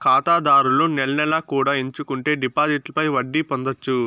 ఖాతాదారులు నెల నెలా కూడా ఎంచుకుంటే డిపాజిట్లపై వడ్డీ పొందొచ్చు